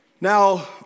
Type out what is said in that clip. Now